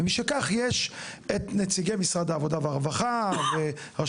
ולשם כך יש את נציגי משרד העבודה והרווחה ורשות